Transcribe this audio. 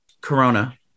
Corona